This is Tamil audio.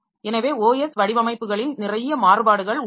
எனவே OS வடிவமைப்புகளில் நிறைய மாறுபாடுகள் உள்ளன